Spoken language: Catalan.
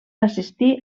assistir